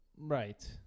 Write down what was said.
Right